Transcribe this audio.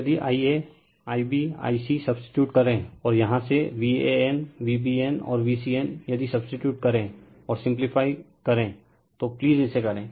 और यदि Ia Ib i c substitute करे और यहाँ से VAN v BN और VCN यदि सबसटीटयूड करे और सिम्प्लीफाई करें तो प्लीज इसे करें